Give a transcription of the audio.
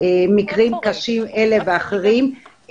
מקרים קשים אלה ואחרים,